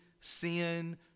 sin